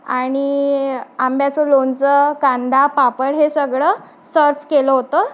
आणि आंब्याचं लोणचं कांदा पापड हे सगळं सर्व्ह केलं होतं